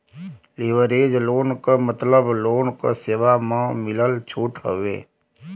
leverage loan क मतलब loan क सेवा म मिलल छूट हउवे